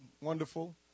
wonderful